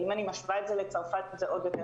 ואם אני משווה את זה לצרפת זה עוד יותר.